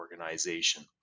organization